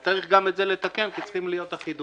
אז צריך גם את זה לתקן כי צריכה להיות אחידות.